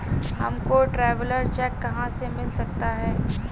हमको traveller cheque कहाँ से मिल सकता है?